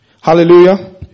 Hallelujah